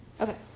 Okay